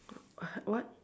what what